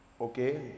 Okay